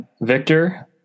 Victor